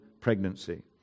pregnancy